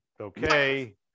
okay